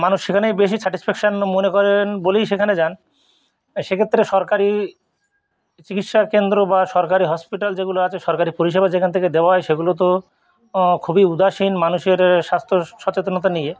মানুষ সেখানেই বেশি স্যাটিসফেকশন মনে করেন বলেই সেখানে যান সেক্ষেত্রে সরকারী চিকিৎসার কেন্দ্র বা সরকারী হসপিটাল যেগুলো আছে সরকারী পরিষেবা যেখান থেকে দেওয়া হয় সেগুলো তো খুবই উদাসীন মানুষের স্বাস্থ্য সচেতনতা নিয়ে